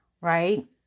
right